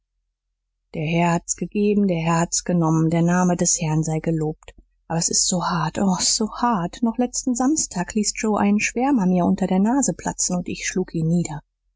der herr hat's gegeben der herr hat's genommen der name des herrn sei gelobt aber s ist so hart o s ist so hart noch letzten samstag ließ joe einen schwärmer mir unter der nase platzen und ich schlug ihn nieder